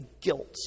guilt